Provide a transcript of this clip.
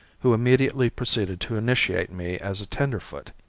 who immediately proceeded to initiate me as a tenderfoot.